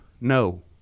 no